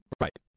Right